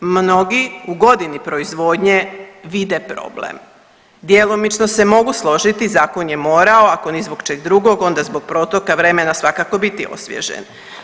Mnogi u godini proizvodnje vide problem djelomično se mogu složiti zakon je morao ako ni zbog čeg drugog, onda zbog protoka vremena svakako biti osvježen.